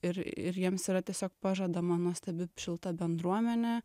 ir ir jiems yra tiesiog pažadama nuostabi šilta bendruomenė